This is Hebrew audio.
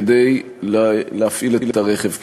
כדי להפעיל את הרכב כמונית.